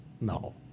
No